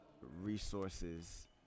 resources